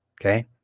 Okay